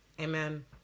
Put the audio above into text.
Amen